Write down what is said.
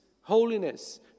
holiness